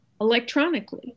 electronically